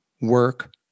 work